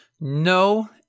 no